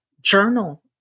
journal